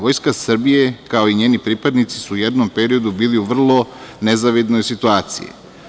Vojska Srbije, kao i njeni pripadnici su u jednom periodu bili u vrlo nezavidnoj situaciji.